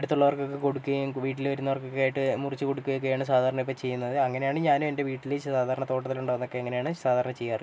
അടുത്തുള്ളവർക്കൊക്കെ കൊടുക്കേം വീട്ടിൽ വരുന്നവർക്കൊക്കെയായിട്ട് മുറിച്ച് കൊടുക്കേം ഒക്കെയാണ് സാധാരണ ഒക്കെ ചെയ്യുന്നത് അങ്ങനെയാണ് ഞാനും എൻ്റെ വീട്ടിൽ സാധാരണ തോട്ടത്തിൽ ഉണ്ടാവുന്നതൊക്കെ അങ്ങനെയാണ് സാധാരണ ചെയ്യാറ്